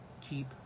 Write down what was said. keep